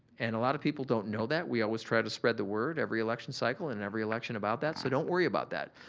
and a lot of people don't know that. we always try to spread the word every election cycle in every election about that. so, don't worry about that.